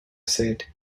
said